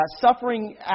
suffering